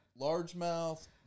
largemouth